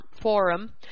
Forum